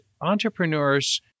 entrepreneurs